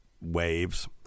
waves